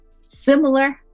similar